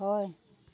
হয়